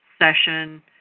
session